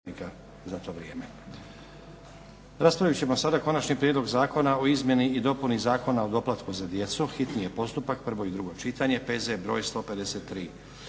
za to vrijeme. Raspravit ćemo sada: - Konačni prijedlog zakona o izmjeni i dopuni Zakona o doplatka za djecu, hitni postupak, prvo i drugo čitanje, PZ br. 153;